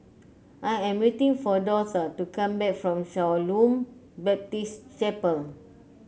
I am waiting for Dortha to come back from Shalom Baptist Chapel